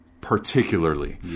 particularly